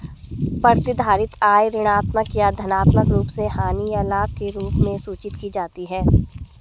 प्रतिधारित आय ऋणात्मक या धनात्मक रूप से हानि या लाभ के रूप में सूचित की जाती है